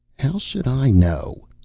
how should i know?